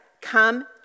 come